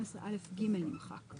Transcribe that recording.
12א(ג) נמחק.